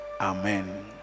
amen